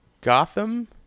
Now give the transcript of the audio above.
Gotham